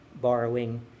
borrowing